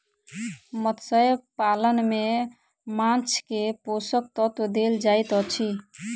मत्स्य पालन में माँछ के पोषक तत्व देल जाइत अछि